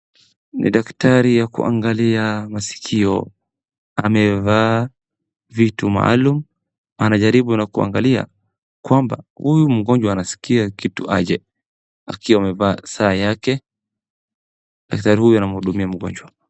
Ni dakatari ya kuangalia maskio, amevaa vitu maalum. Anajaribu na kuangalia kwamba huyu mgonjwa anaskia kitu aje. Akiwa amavaa saa yake, daktari huyu anamhudumia mgonjwa.